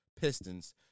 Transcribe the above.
Pistons